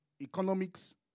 economics